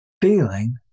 feeling